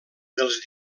dels